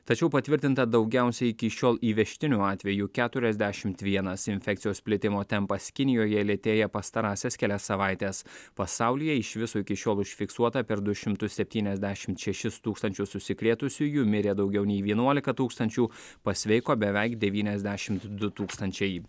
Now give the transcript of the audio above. tačiau patvirtinta daugiausia iki šiol įvežtinių atvejų keturiasdešimt vienas infekcijos plitimo tempas kinijoje lėtėja pastarąsias kelias savaites pasaulyje iš viso iki šiol užfiksuota per du šimtus septyniasdešimt šešis tūkstančius užsikrėtusiųjų mirė daugiau nei vienuolika tūkstančių pasveiko beveik devyniasdešimt du tūkstančiai